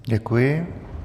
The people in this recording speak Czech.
Děkuji.